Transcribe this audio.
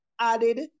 added